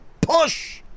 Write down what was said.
push